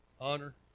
Honor